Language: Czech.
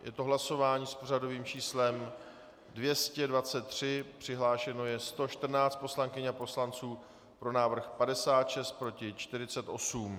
Je to hlasování s pořadovým číslem 223, přihlášeno je 114 poslankyň a poslanců, pro návrh 56, proti 48.